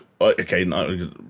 okay